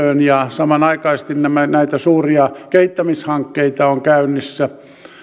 ja samanaikaisesti näitä suuria kehittämishankkeita on käynnissä